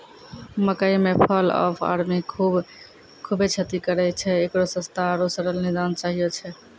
मकई मे fall of army खूबे क्षति करेय छैय, इकरो सस्ता आरु सरल निदान चाहियो छैय?